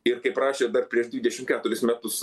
ir kaip rašė dar prieš dvidešim keturis metus